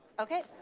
okay.